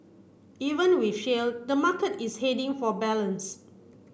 even with shale the market is heading for balance